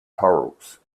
corals